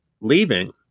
leaving